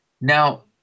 Now